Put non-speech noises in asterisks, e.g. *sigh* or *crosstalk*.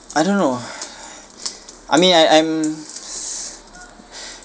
I don't know *breath* I mean I I'm *breath*